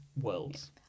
worlds